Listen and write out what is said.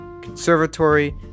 conservatory